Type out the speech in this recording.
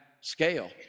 scale